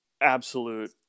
absolute